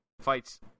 fights